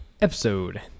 Episode